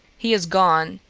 he is gone,